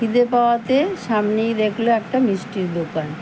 খিদে পাওয়াতে সামনেই দেখলো একটা মিষ্টির দোকান